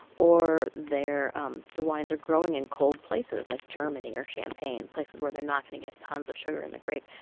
or um the wines are growing in cold places like germany or champagne, places where they're not going to get tons of sugar in the grape.